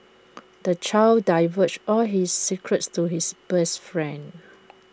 the child divulged all his secrets to his best friend